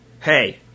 Hey